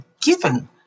given